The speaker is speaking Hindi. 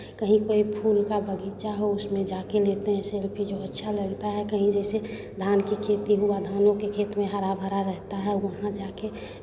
कहीं कोई फूल का बगीचा हो उसमें जाके लेते हैं सेल्फी जो अच्छा लगता है कहीं जैसे धान की खेती हुआ धानों के खेत में हरा भरा रहता है वहाँ जाके